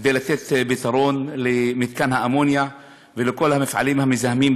כדי לתת פתרון למפעל האמוניה ולכל המפעלים המזהמים,